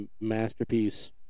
masterpiece